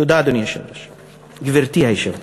תודה, גברתי היושבת-ראש.